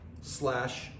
slash